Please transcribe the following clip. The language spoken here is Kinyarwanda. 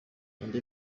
andi